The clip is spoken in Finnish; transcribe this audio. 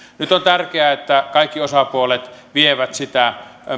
nyt on tärkeää että kaikki osapuolet vievät sitä